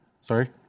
Sorry